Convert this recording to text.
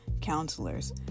counselors